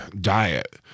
diet